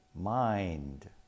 mind